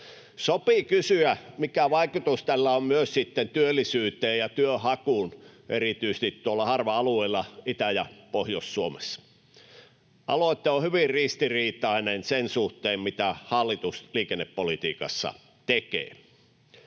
Sopii kysyä, mikä vaikutus tällä on myös sitten työllisyyteen ja työnhakuun erityisesti tuolla harva-alueilla Itä- ja Pohjois-Suomessa. Aloite on hyvin ristiriitainen sen suhteen, mitä hallitus liikennepolitiikassa tekee.